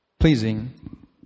pleasing